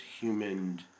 human